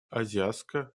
азиатско